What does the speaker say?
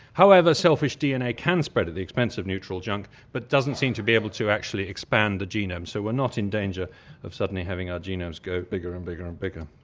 however, selfish dna can spread at the expense of neutral junk, but doesn't seem to be able to actually expand the genome, so we're not in danger of suddenly having our genomes grow bigger and bigger and bigger.